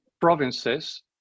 provinces